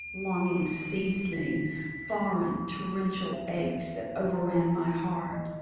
longing seized me foreign, torrential aches that overran my heart.